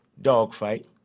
dogfight